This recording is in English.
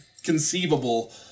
conceivable